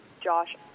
Josh